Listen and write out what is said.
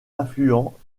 affluent